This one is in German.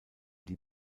die